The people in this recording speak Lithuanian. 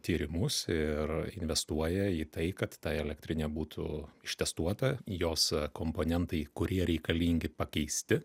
tyrimus ir investuoja į tai kad ta elektrinė būtų ištestuota jos komponentai kurie reikalingi pakeisti